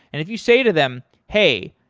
if you say to them, hey,